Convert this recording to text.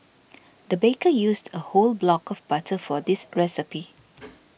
the baker used a whole block of butter for this recipe